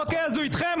אוקיי, אז הוא איתכם.